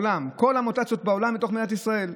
כל המוטציות בעולם, לתוך מדינת ישראל.